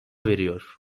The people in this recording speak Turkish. veriyor